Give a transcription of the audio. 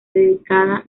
dedicada